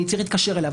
אני צריך להתקשר אליו,